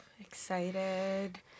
Excited